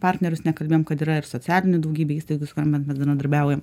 partnerius nekalbėjom kad yra ir socialinių daugybė įstaigų su kuo mes bendradarbiaujam